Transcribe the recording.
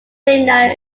linear